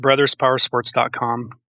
brotherspowersports.com